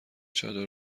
چادر